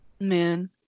man